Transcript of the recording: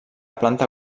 planta